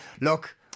Look